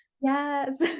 Yes